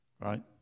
Right